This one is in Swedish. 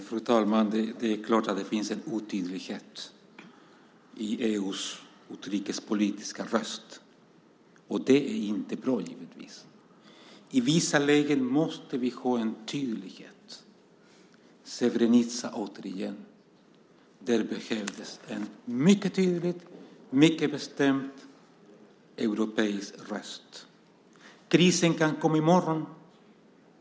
Fru talman! Det är klart att det finns en otydlighet i EU:s utrikespolitiska röst, och det är givetvis inte bra. I vissa lägen måste vi ha en tydlighet. Srebrenica återigen: Där behövdes en mycket tydlig, mycket bestämd europeisk röst. Krisen kan komma i morgon.